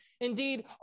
Indeed